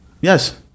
yes